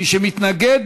מי שמתנגד,